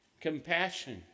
compassion